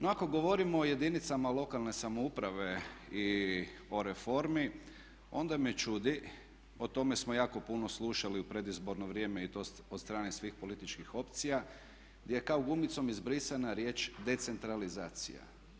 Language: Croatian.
No, ako govorimo o jedinicama lokalne samouprave i o reformi onda me čudi o tome smo jako puno slušali u predizborno vrijeme i to od strane svih političkih opcija, gdje je kao gumicom izbrisana riječ decentralizacija.